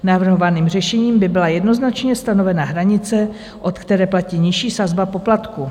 Navrhovaným řešením by byla jednoznačně stanovena hranice, od které platí nižší sazba poplatku.